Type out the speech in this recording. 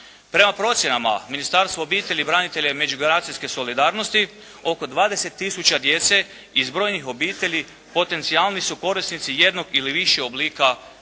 Prema procjenama, Ministarstvo obitelji, branitelja i međugeneracijske solidarnosti, oko 20 tisuća djece iz brojnih obitelji potencijalni su korisnici su jednog ili više oblika pomoći